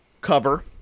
cover